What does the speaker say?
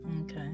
Okay